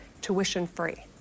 tuition-free